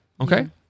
okay